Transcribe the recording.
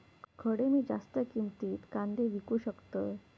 खडे मी जास्त किमतीत कांदे विकू शकतय?